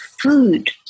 food